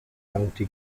county